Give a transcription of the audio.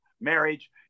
marriage